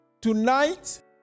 tonight